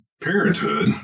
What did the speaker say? parenthood